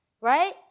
right